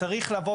המאוד